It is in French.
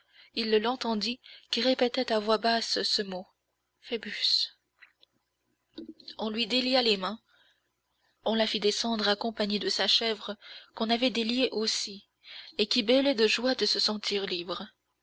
il l'entendit qui répétait à voix basse ce mot phoebus on lui délia les mains on la fit descendre accompagnée de sa chèvre qu'on avait déliée aussi et qui bêlait de joie de se sentir libre